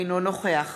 אינו נוכח